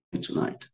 tonight